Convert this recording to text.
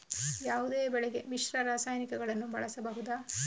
ಯಾವುದೇ ಬೆಳೆಗೆ ಮಿಶ್ರ ರಾಸಾಯನಿಕಗಳನ್ನು ಬಳಸಬಹುದಾ?